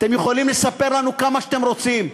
אתם יכולים לספר לנו כמה שאתם רוצים.